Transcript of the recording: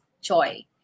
Joy